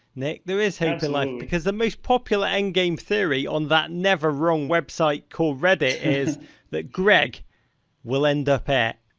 nick. there is hope in life because the most popular endgame theory on that never wrong website called reddit is that greg will end up there.